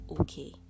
okay